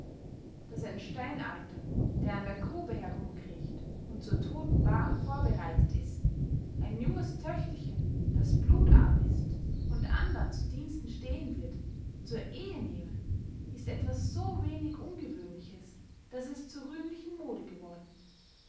daß ein steinalter der an der grube herumkriecht und zur todtenbaar vorbereitet ist ein junges töchterchen das blutarm ist und andern zu diensten stehen wird zur ehe nehme ist etwas so wenig ungewöhnliches daß es zur rühmlichen mode geworden